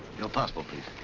your passport please.